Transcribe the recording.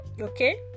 Okay